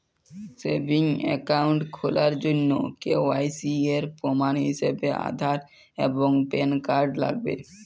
savings account খোলার জন্য KYC এর প্রমাণ হিসেবে আধার এবং প্যান কার্ড লাগবে